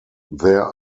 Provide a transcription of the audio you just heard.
there